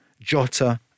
Jota